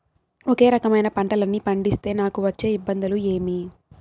ఒకే రకమైన పంటలని పండిస్తే నాకు వచ్చే ఇబ్బందులు ఏమి?